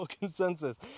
consensus